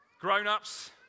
Grown-ups